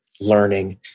learning